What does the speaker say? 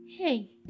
Hey